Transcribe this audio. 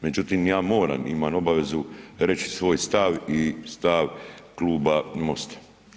Međutim, ja moram i imam obavezu reći svoj stav i stav Kluba MOST-a.